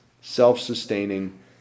self-sustaining